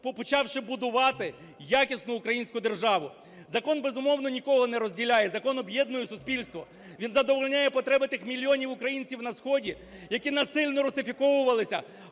почавши будувати якісну українську державу. Закон, безумовно, нікого не розділяє, закон об'єднує суспільство. Він задовольняє потреби тих мільйонів українців на сході, які насильно русифіковувалися,